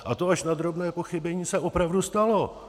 A to až na drobné pochybení se opravdu stalo.